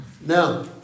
Now